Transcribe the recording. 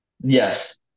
Yes